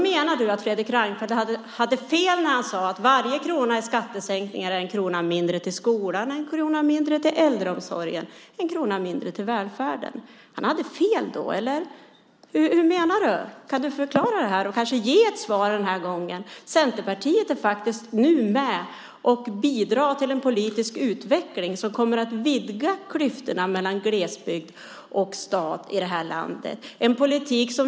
Menar du då att Fredrik Reinfeldt hade fel när han sade att varje krona i skattesänkning är en krona mindre till skolan, en krona mindre till äldreomsorgen, en krona mindre till välfärden? Hade han fel då? Eller hur menar du? Kan du förklara det och kanske ge ett svar den här gången? Nu är Centerpartiet faktiskt med och bidrar till en politisk utveckling som kommer att vidga klyftorna mellan glesbygd och stad i det här landet.